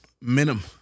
minimum